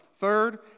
Third